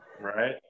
Right